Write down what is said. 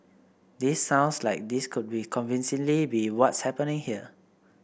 this sounds like this could be convincingly be what's happening here